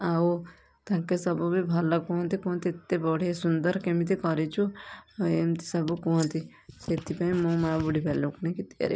ଆଉ ତାଙ୍କେ ସବୁ ବି ଭଲ କୁହନ୍ତି କୁହନ୍ତି ଏତେ ବଢ଼ିଆ ସୁନ୍ଦର୍ କେମିତି କରିଛୁ ଏମିତି ସବୁ କୁହନ୍ତି ସେଥିପାଇଁ ମୁଁ ମାଁ ବୁଢ଼ୀ ଭାଲୁକୁଣି କୁ ତିଆରି